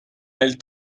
elle